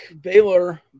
Baylor